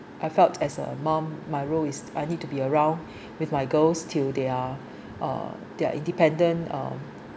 I felt as a mum my role is I need to be around with my girls till they’re uh they’re independent uh